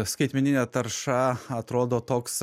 skaitmeninė tarša atrodo toks